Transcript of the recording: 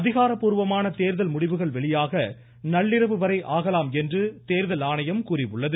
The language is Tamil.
அதிகாரபூர்வமான தேர்தல் முடிவுகள் வெளியாக நள்ளிரவு வரை ஆகலாம் என்று தேர்தல் ஆணையம் கூறியுள்ளது